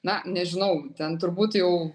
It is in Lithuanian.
na nežinau ten turbūt jau